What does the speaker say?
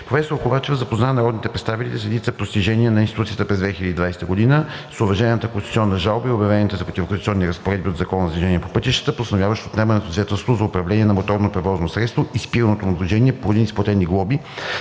Професор Ковачева запозна народните представители с редица постижения на институцията през 2020 г. – с уважената конституционна жалба и обявените за противоконституционни разпоредби от Закона за движението по пътищата, постановяващи отнемане на свидетелството за управление на моторно превозно средство и спирането му от движение поради незаплатени глоби,